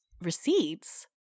receipts